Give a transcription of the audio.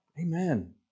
Amen